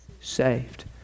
Saved